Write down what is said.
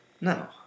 No